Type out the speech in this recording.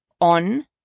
on